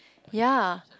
ya